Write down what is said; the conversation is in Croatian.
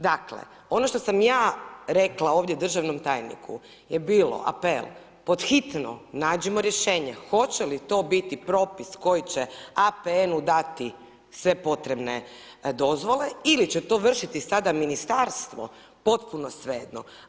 Dakle, ono što sam ja rekla ovdje državnom tajniku je bilo, apel pod hitno nađimo rješenje hoće li to biti propis koji će APN-u dati sve potrebne dozvole ili će to vršiti sada ministarstvo – potpuno svejedno.